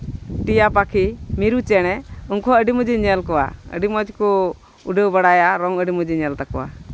ᱴᱤᱭᱟ ᱯᱟᱹᱠᱷᱤ ᱢᱤᱨᱩ ᱪᱮᱬᱮ ᱩᱱᱠᱩ ᱦᱚᱸ ᱟᱹᱰᱤ ᱢᱚᱡᱽ ᱤᱧ ᱧᱮᱞ ᱠᱚᱣᱟ ᱟᱹᱰᱤ ᱢᱚᱡᱽ ᱠᱚ ᱩᱰᱟᱹᱣ ᱵᱟᱲᱟᱭᱟ ᱨᱚᱝ ᱟᱹᱰᱤ ᱢᱚᱡᱽ ᱤᱧ ᱧᱮᱞ ᱛᱟᱠᱚᱣᱟ